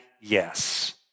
Yes